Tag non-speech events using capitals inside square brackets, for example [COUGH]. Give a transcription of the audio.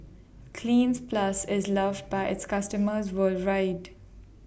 Cleanz Plus IS loved By its [NOISE] customers worldwide